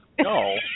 No